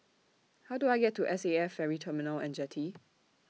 How Do I get to S A F Ferry Terminal and Jetty